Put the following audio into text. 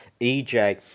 EJ